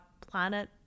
planet